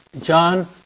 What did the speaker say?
John